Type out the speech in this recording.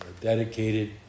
dedicated